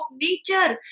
nature